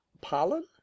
pollen